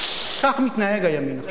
כך מתנהג הימין עכשיו.